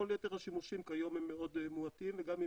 כל יתר השימושים כיום הם מאוד מועטים וגם אם